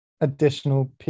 additional